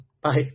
Bye